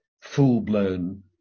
full-blown